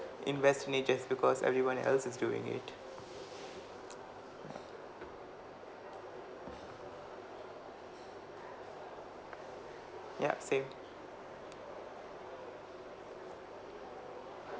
invest only just because everyone else is doing it ya same